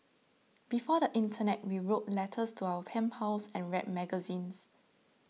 before the internet we wrote letters to our pen pals and read magazines